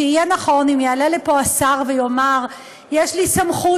שיהיה נכון אם יעלה לפה השר ויאמר: יש לי סמכות